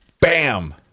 Bam